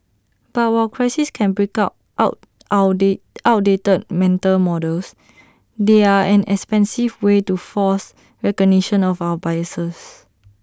but while crises can break our out our day outdated mental models they are an expensive way to force recognition of our biases